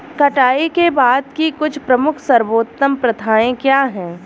कटाई के बाद की कुछ प्रमुख सर्वोत्तम प्रथाएं क्या हैं?